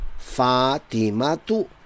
fatimatu